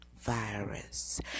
virus